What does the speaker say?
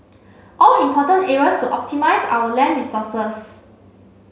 all important areas to optimise our land resources